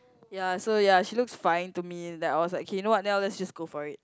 ya so ya she looks fine to me that I was like okay you know what then I will just go for it